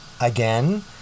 again